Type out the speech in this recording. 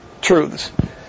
truths